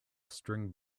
string